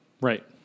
Right